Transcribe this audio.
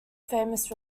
famous